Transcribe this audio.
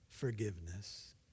Forgiveness